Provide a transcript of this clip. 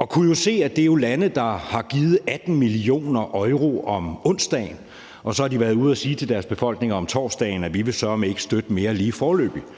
jeg kunne se, at det jo var lande, der har givet 18 mio. euro om onsdagen, og så har de været ude at sige til deres befolkninger om torsdagen, at de søreme ikke ville støtte mere lige foreløbig, og